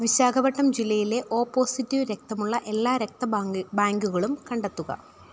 വിശാഖപട്ടം ജില്ലയിലെ O positive രക്തമുള്ള എല്ലാ രക്തബാങ്ക് ബാങ്കുകളും കണ്ടെത്തുക